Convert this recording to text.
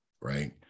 right